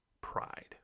pride